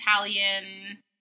Italian